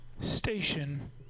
station